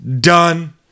Done